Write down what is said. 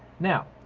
now,